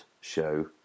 show